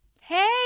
Hey